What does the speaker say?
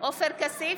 עופר כסיף,